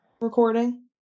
recording